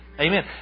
Amen